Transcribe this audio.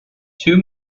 two